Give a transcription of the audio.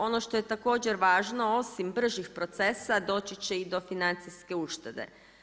Ono što je također važno, osim bržih procesa doći će i do financijske uštede.